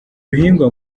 bihingwa